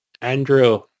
Andrew